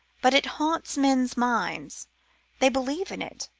but it haunts men's minds they believe in it,